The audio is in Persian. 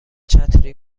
چتری